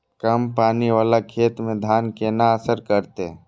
कम नमी वाला खेत में धान केना असर करते?